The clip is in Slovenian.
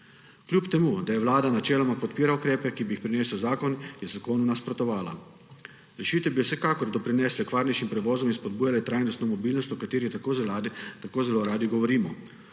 bilo. Čeprav vlada načeloma podpira ukrepe, ki bi jih prinesel zakon, je zakonu nasprotovala. Rešitve bi vsekakor doprinesle k varnejšim prevozom in spodbujale trajnostno mobilnost, o kateri tako zelo radi govorimo.